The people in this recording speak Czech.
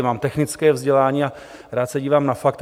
Mám technické vzdělání a rád se dívám na fakta.